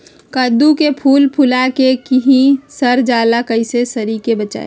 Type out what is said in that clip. कददु के फूल फुला के ही सर जाला कइसे सरी से बचाई?